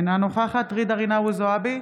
אינה נוכחת ג'ידא רינאוי זועבי,